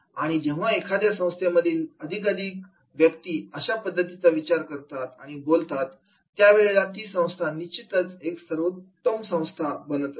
आणि जेव्हा एखाद्या संस्थेमधील अधिकाधिक व्यक्ती अशा पद्धतीने विचार करतात आणि बोलतात त्यावेळेला ती संस्था निश्चितच एक सर्वोत्तम संस्था असते